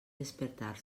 despertar